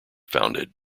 founded